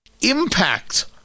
impact